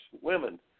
women